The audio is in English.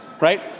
right